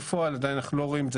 בפועל אנחנו עדיין לא רואים את זה,